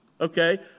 okay